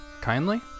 Kindly